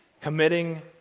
committing